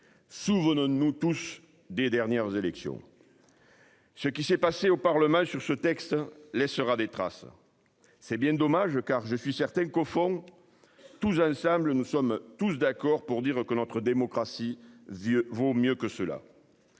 Souvenons-nous tous des dernières élections. Ce qui s'est passé au Parlement sur ce texte laissera des traces. C'est bien dommage car je suis certaine qu'au fond. Tous ensemble nous sommes tous d'accord pour dire que notre démocratie Zyeux vaut mieux que cela.